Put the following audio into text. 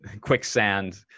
quicksand